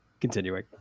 continuing